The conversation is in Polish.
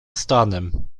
stanem